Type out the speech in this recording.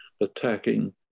attacking